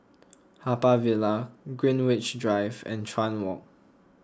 Haw Par Villa Greenwich Drive and Chuan Walk